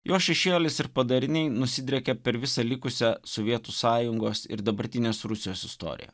jo šešėlis ir padariniai nusidriekia per visą likusią sovietų sąjungos ir dabartinės rusijos istoriją